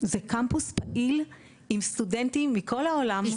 זה קמפוס פעיל עם סטודנטים מכל העולם.